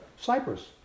Cyprus